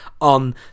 on